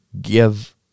give